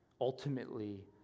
ultimately